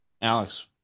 Alex